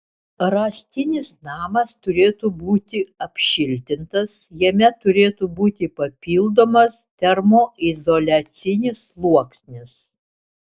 rąstinis namas turėtų būti apšiltintas jame turi būti papildomas termoizoliacinis sluoksnis